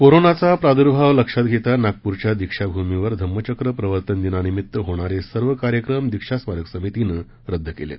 कोरोनाचा प्रादुर्भाव लक्षात घेता नागपूरच्या दीक्षा भूमीवर धम्मचक्र प्रवर्तन दिनानिमित्त होणारे सर्व कार्यक्रम दीक्षा स्मारक समितीनं रद्द केले आहेत